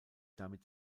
damit